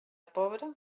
pobre